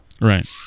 right